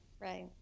right